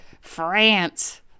france